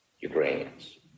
Ukrainians